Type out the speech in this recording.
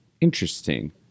interesting